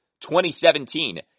2017